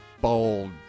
bold